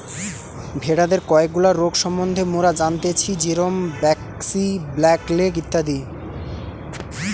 ভেড়াদের কয়েকগুলা রোগ সম্বন্ধে মোরা জানতেচ্ছি যেরম ব্র্যাক্সি, ব্ল্যাক লেগ ইত্যাদি